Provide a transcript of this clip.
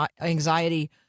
anxiety